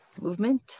Movement